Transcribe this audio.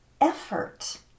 effort